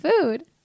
food